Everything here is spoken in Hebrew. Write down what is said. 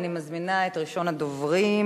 אני מזמינה את ראשון הדוברים,